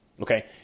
Okay